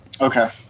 Okay